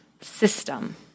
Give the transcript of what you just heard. system